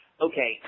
okay